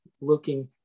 looking